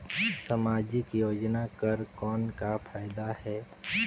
समाजिक योजना कर कौन का फायदा है?